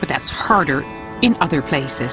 but that's harder in other places